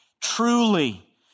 truly